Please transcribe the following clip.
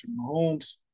Mahomes